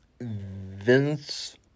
Vince